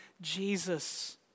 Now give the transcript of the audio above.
Jesus